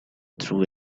through